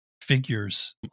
figures